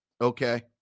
Okay